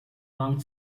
long